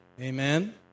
Amen